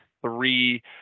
three